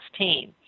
2016